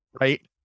right